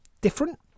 Different